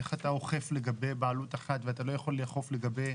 איך אתה אוכף לגבי בעלות אחת ואתה לא יכול לאכוף לגבי